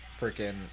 Freaking